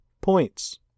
points